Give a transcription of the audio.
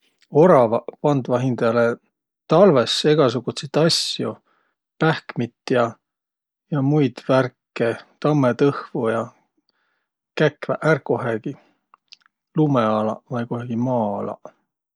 Oravaq pandvaq hindäle talvõs egäsugutsit asjo, pähkmit ja, ja muid värke, tammõtõhvo ja. Käkväq ärq kohegi. Lumõ alaq vai kohegi maa alaq.